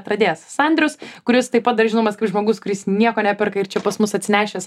atradėjas sandrius kuris taip pat dar žinomas kaip žmogus kuris nieko neperka ir čia pas mus atsinešęs